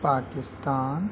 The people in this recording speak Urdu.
پاکستان